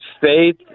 faith